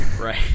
Right